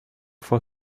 for